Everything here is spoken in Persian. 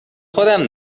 خودم